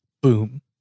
boom